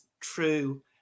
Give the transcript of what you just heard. true